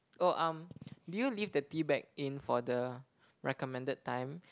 oh um do you leave the tea bag in for the recommended time